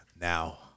now